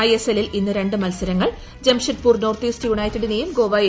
ഐഎസ്എല്ലിൽ ഇന്ന് രണ്ട് മത്സിരൂങ്ങൾ ജംഷഡ്പൂർ നോർത്ത് ഈസ്റ്റ് യുണൈറ്റ്യിനെയും ഗോവ എ